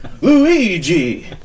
Luigi